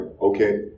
okay